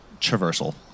traversal